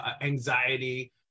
anxiety